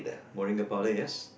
moringa powder yes